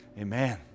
amen